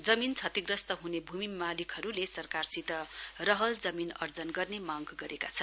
जमीन क्षतिग्रस्त हुने भूमि मालिकहगरूले सरकारसित रहल जमीन अर्जन गर्ने माग गरेका छन्